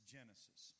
Genesis